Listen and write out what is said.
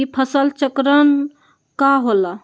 ई फसल चक्रण का होला?